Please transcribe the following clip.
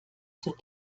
zur